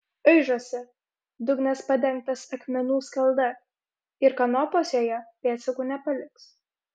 aižosi dugnas padengtas akmenų skalda ir kanopos joje pėdsakų nepaliks